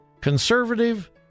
conservative